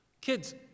Kids